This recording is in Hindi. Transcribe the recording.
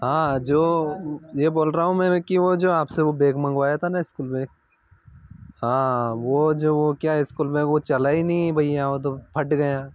हाँ जो यह बोल रहा हूँ मैं कि वह जो आपसे वह बैग मँगवाया था न इसकुल बैग हाँ वह जो वह क्या इसकुल बैग वह चला ही नहीं भैया वह तो फट गया